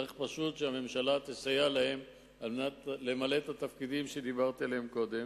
פשוט צריך שהממשלה תסייע למלא את התפקידים שדיברתי עליהם קודם.